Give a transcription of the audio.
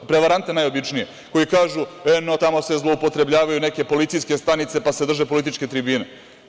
Prevarante najobičnije koji kažu – eno, tamo se zloupotrebljavaju neke policijske stanice, pa se drže političke tribine.